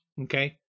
Okay